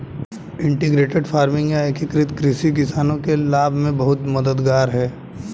integrated farming या एकीकृत कृषि किसानों के लाभ में बहुत मददगार है